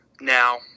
now